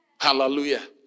Hallelujah